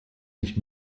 nicht